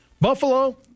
Buffalo